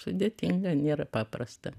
sudėtinga nėra paprasta